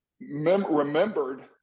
remembered